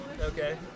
Okay